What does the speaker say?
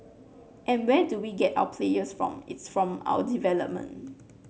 and where do we get our players from it's from our development